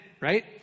Right